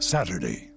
Saturday